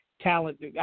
Talent